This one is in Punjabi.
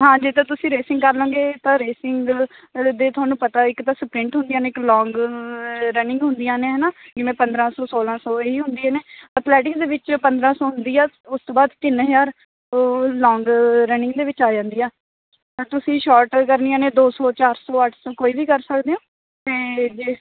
ਹਾਂ ਜੇ ਤਾਂ ਤੁਸੀਂ ਰੇਸਿੰਗ ਕਰ ਲਉਂਗੇ ਤਾਂ ਰੇਸਿੰਗ ਦੇ ਤੁਹਾਨੂੰ ਪਤਾ ਇੱਕ ਤਾਂ ਸਪ੍ਰਿੰਟ ਹੁੰਦੀਆਂ ਨੇ ਇੱਕ ਲੋਂਗ ਰਨਿੰਗ ਹੁੰਦੀਆਂ ਨੇ ਹੈ ਨਾ ਜਿਵੇਂ ਪੰਦਰ੍ਹਾਂ ਸੌ ਸੌਲ਼੍ਹਾਂ ਸੌ ਇਹੀ ਹੁੰਦੀਆਂ ਨੇ ਅਥਲੈਟਿਕਸ ਦੇ ਵਿੱਚ ਪੰਦਰ੍ਹਾਂ ਸੌ ਹੁੰਦੀ ਆ ਉਸ ਤੋਂ ਬਾਅਦ ਤਿੰਨ ਹਜ਼ਾਰ ਲੋਂਗ ਰਨਿੰਗ ਦੇ ਵਿੱਚ ਆ ਜਾਂਦੀ ਆ ਤਾਂ ਤੁਸੀਂ ਸ਼ੋਰਟ ਕਰਨੀਆਂ ਨੇ ਦੋ ਸੌ ਚਾਰ ਸੌ ਅੱਠ ਸੌ ਕੋਈ ਵੀ ਕਰ ਸਕਦੇ ਹੋ ਅਤੇ ਜੇ